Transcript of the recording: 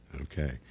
Okay